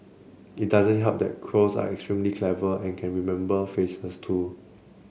it doesn't help that crows are extremely clever and can remember faces too